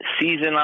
season